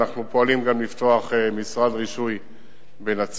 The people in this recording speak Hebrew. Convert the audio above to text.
אנחנו פועלים גם לפתוח משרד רישוי בנצרת,